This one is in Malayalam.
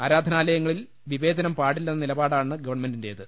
ആരാധനാലയങ്ങളിൽ വിവേചനം പാടില്ലെന്ന നിലപാടാണ് ഗവൺമെന്റിന്റേത്